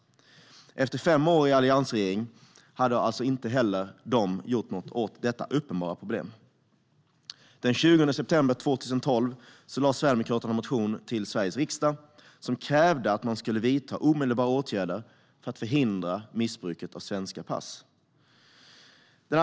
Efter fem år hade alltså inte heller alliansregeringen gjort något åt detta uppenbara problem. Den 20 september 2012 väckte Sverigedemokraterna en motion i Sveriges riksdag som krävde att man skulle vidta omedelbara åtgärder för att förhindra missbruk av svenska pass.